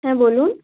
হ্যাঁ বলুন